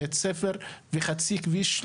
בית ספר וחצי כביש,